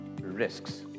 risks